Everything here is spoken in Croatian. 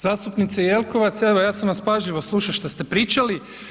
Zastupnice Jelkovac evo ja sam vas pažljivo slušao što ste pričali.